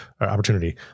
opportunity